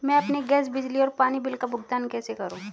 मैं अपने गैस, बिजली और पानी बिल का भुगतान कैसे करूँ?